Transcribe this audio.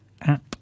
app